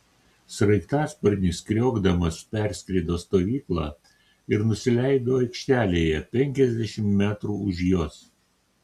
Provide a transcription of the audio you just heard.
sraigtasparnis kriokdamas perskrido stovyklą ir nusileido aikštelėje penkiasdešimt metrų už jos